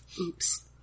Oops